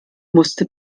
musste